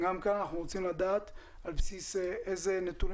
אנחנו רוצים לדעת על בסיס אילו נתונים